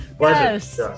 Yes